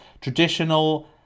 traditional